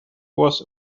was